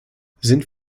sind